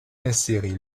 insérées